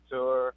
Tour